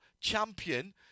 Champion